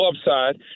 upside